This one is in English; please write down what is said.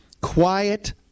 quiet